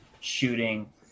shooting